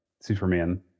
Superman